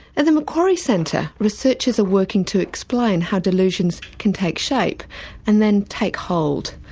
at the macquarie centre researchers are working to explain how delusions can take shape and then take hold.